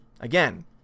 again